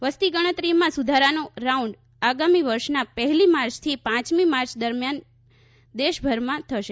વસ્તી ગણતરીમાં સુધારાનો રાઉન્ડ આગામી વર્ષના પહેલી માર્ચથી પાંચમી માર્ચ દરમિયાન દેશભરમાં થશે